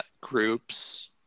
groups